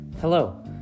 Hello